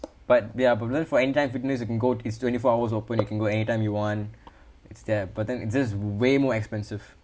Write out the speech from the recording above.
but their problem for anytime fitness you can go is twenty four hours open you can go anytime you want it's there but then it's just way more expensive